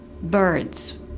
birds